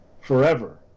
forever